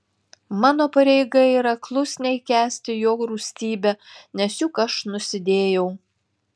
mano pareiga yra klusniai kęsti jo rūstybę nes juk aš nusidėjau